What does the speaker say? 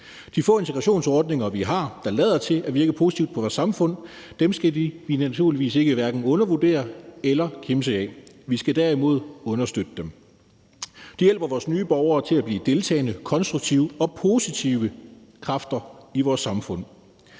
De få integrationsordninger, vi har, der lader til at virke positivt på vores samfund, skal vi naturligvis hverken undervurdere eller kimse af. Vi skal derimod understøtte dem. Det hjælper vores nye borgere til at blive deltagende, konstruktive og positive kræfter i vores samfund.